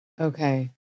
Okay